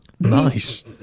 Nice